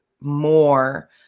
more